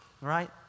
right